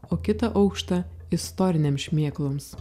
o kitą aukštą istorinėm šmėkloms